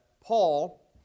Paul